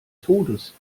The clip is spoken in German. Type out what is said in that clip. todes